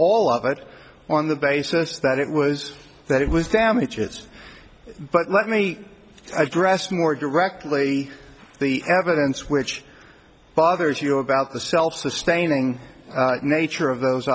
all of it on the basis that it was that it was damages but let me address more directly the evidence which bothers you about the self sustaining nature of those